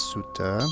Sutta